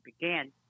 began